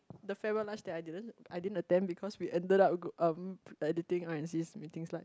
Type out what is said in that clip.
the farewell lunch that I didn't I didn't attend because we ended up um editing I insist making slides